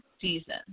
season